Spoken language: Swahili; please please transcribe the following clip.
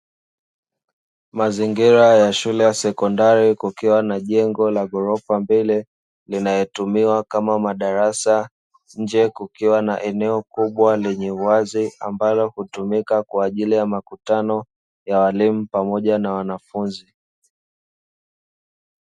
Mazingira ya shule ya sekondari kukiwa na jengo la ghorofa mbili linayotumiwa kama madarasa, nje kukiwa na eneo kubwa lenye wazi ambalo hutumika kwa ajili ya makutano ya walimu pamoja na wanafunzi.